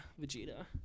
Vegeta